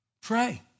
Pray